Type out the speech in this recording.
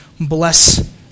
bless